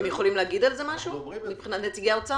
נציגי האוצר,